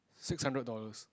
six hundred dollars